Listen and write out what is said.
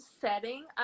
setting